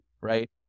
right